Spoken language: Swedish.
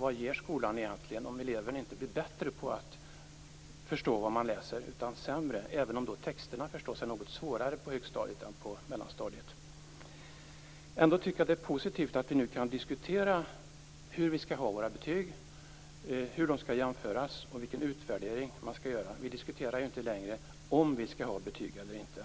Vad ger skolan om eleven inte blir bättre på att förstå vad han läser utan sämre - även om texterna förstås är något svårare på högstadiet än på mellanstadiet? Men det är ändå positivt att vi nu kan diskutera hur betygen skall se ut, hur de skall jämföras och vilken utvärdering som skall ske. Vi diskuterar inte längre om det skall finnas betyg eller inte.